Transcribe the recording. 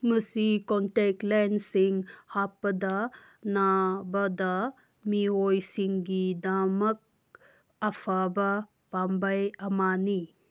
ꯃꯁꯤ ꯀꯣꯟꯇꯦꯛ ꯂꯦꯟꯁꯁꯤꯡ ꯍꯥꯞꯄꯗ ꯅꯥꯕꯗ ꯃꯤꯑꯣꯏꯁꯤꯡꯒꯤꯗꯃꯛ ꯑꯐꯕ ꯄꯥꯝꯕꯩ ꯑꯃꯅꯤ